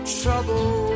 trouble